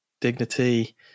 dignity